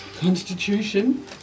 Constitution